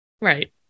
Right